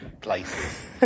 Places